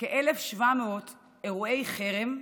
כ-1,700 אירועי חירום,